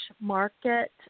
market